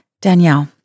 Danielle